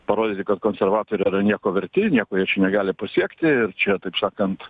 parodyti kad konservatoriai yra nieko verti nieko negali pasiekti ir čia taip sakant